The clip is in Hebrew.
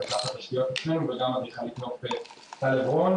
את אגף התשתיות אצלנו וגם אדריכלית נוף טל עברון